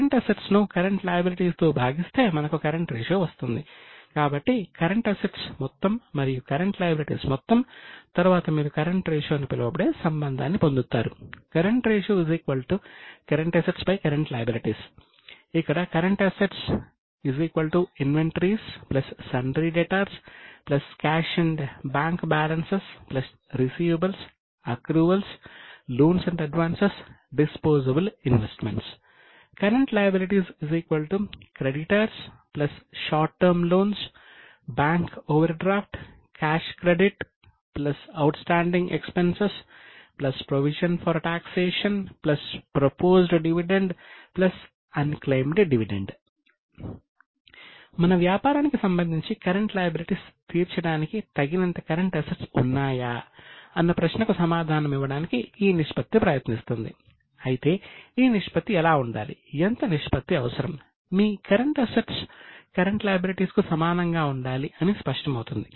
current assets current ratio current liabilities ఇక్కడ current assets current liabilities మన వ్యాపారానికి సంబంధించి కరెంట్ లయబిలిటీస్ 2 1 గా పరిగణించబడుతుంది